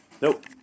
Nope